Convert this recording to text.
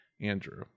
Andrew